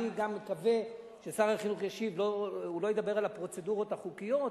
אני גם מקווה שכששר החינוך ישיב הוא לא ידבר על הפרוצדורות החוקיות,